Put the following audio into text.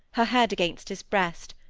her head against his breast,